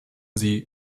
sie